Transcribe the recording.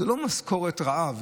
זו לא משכורת רעב,